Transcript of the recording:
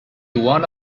one